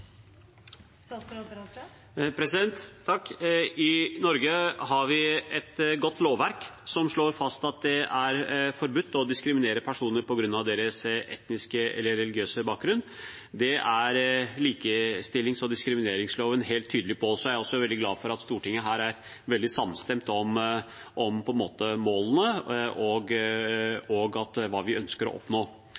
I Norge har vi et godt lovverk som slår fast at det er forbudt å diskriminere personer på grunn av deres etniske eller religiøse bakgrunn. Det er likestillings- og diskrimineringsloven helt tydelig på. Så er jeg også veldig glad for at Stortinget her er veldig samstemt om